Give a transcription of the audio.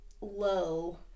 low